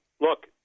look